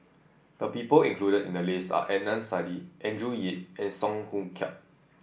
the people included in the list are Adnan Saidi Andrew Yip and Song Hoot Kiam